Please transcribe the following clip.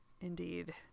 Indeed